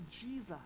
jesus